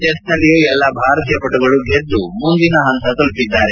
ಚೆಸ್ನಲ್ಲಿಯೂ ಎಲ್ಲಾ ಭಾರತೀಯ ಪಟುಗಳು ಗೆದ್ದು ಮುಂದಿನ ಹಂತ ತಲುಪಿದ್ದಾರೆ